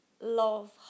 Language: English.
love